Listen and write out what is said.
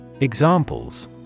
Examples